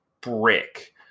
brick